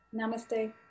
namaste